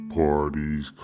parties